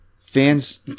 Fans